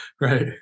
Right